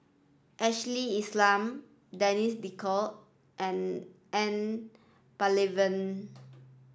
Ashley Isham Denis D'Cotta and N Palanivelu